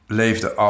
leefde